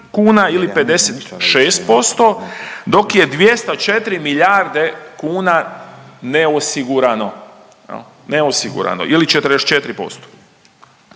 ili 56%, dok je 204 milijarde kuna neosigurano jel, neosigurano ili 44%.